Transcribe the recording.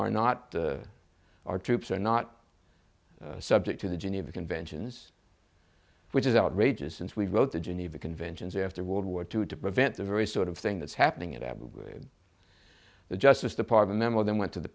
are not our troops are not subject to the geneva conventions which is outrageous since we wrote the geneva conventions after world war two to prevent the very sort of thing that's happening at abu the justice department more than went to the